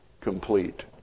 complete